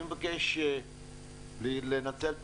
אני מבקש לנצל את